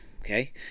Okay